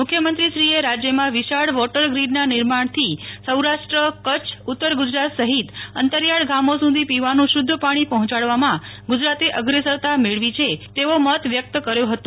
મુખ્યમંત્રીશ્રીએ રાજ્યમાં વિશાળ વોટરગ્રીડના નિર્માણથી સૌરાષ્ટ્ર કચ્છ ઉત્તર ગુજરાત સહિત અંતરિયાળ ગામો સુધી પીવાનું શુદ્ધ પાણી પહોચાડવામાં ગુજરાતે અગ્રેસરતા મેળવી છે તેવો મત વ્યકત કર્યો હતો